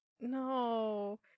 No